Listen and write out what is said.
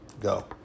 go